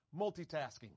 multitasking